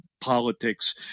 politics